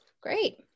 Great